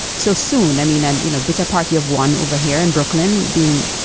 so soon? i mean, i'm, you know, bitter party of one over here in brooklyn being,